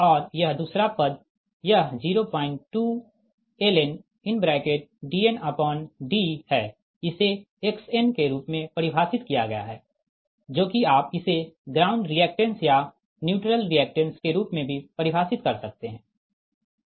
और यह दूसरा पद यह 02 ln DnD है इसे Xn के रूप में परिभाषित किया गया है जो कि आप इसे ग्राउंड रिएक्टेंस या न्यूट्रल रिएक्टेंस के रूप में भी परिभाषित कर सकते है